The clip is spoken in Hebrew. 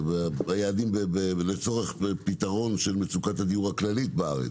והיעדים לצורך פתרון של מצוקת הדיור הכללית בארץ,